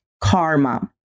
karma